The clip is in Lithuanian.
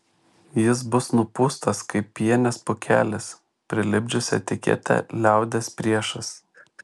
jis bus nupūstas kaip pienės pūkelis prilipdžius etiketę liaudies priešas